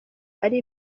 ari